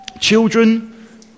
Children